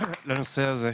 לנושא הזה.